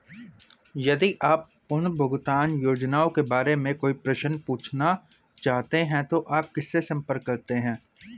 यदि आप पुनर्भुगतान योजनाओं के बारे में कोई प्रश्न पूछना चाहते हैं तो आप किससे संपर्क करते हैं?